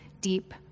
deep